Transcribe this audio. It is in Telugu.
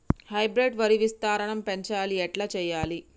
హైబ్రిడ్ వరి విస్తీర్ణం పెంచాలి ఎట్ల చెయ్యాలి?